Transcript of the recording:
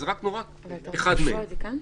וזה רק --- אחד מהם.